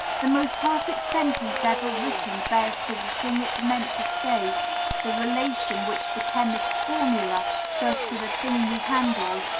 the most perfect sentence ever written bears to the thing it meant to say the relation which the chemist's formula does to the thing he handles,